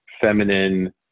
feminine